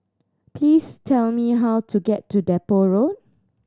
please tell me how to get to Depot Road